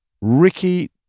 Ricky